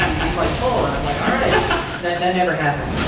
he's like, pull, and i'm like, all right that that never happened.